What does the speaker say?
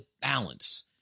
balance